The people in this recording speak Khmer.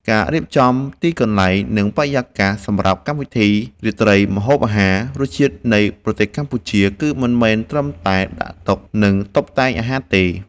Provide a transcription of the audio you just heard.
ការរៀបចំទីកន្លែង និងបរិយាកាសសម្រាប់កម្មវិធីរាត្រីម្ហូបអាហារ “រសជាតិនៃប្រទេសកម្ពុជា” គឺមិនមែនត្រឹមតែដាក់តុ និងតុបតែងអាហារទេ